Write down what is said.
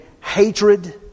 hatred